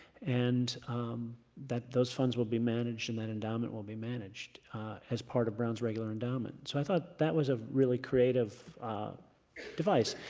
and that those funds will be managed and that endowment will be managed as part of brown's regular endowment. so i thought that was a really creative device.